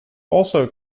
also